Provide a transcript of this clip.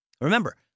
Remember